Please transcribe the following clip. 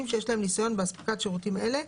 שיש להם ניסיון באספקת שירותים אלה,